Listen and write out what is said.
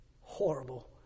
horrible